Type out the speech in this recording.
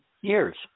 years